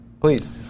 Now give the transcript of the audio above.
Please